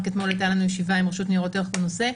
רק אתמול הייתה לנו ישיבה עם הרשות לניירות ערך בנושא.